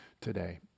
today